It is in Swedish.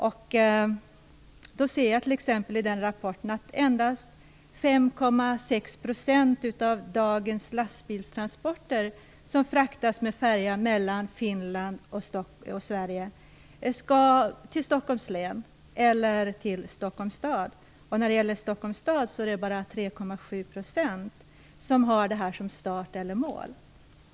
Av rapporten framgår att endast 5,6 % av dagens lastbilstransporter som går med färja mellan Finland och Sverige skall till Stockholms län eller till Stockholms stad. Men Stockholms stad är start eller mål för bara 3,7 % av den här trafiken!